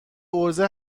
عرضه